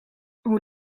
hoe